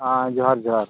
ᱦᱮᱸ ᱡᱚᱦᱟᱨ ᱡᱚᱦᱟᱨ